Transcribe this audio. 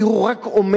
הוא רק אומר,